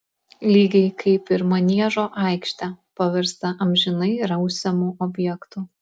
lygiai kaip ir maniežo aikštę paverstą amžinai rausiamu objektu